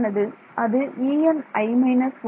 அது Eni − 1